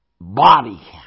body